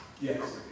Yes